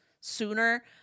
sooner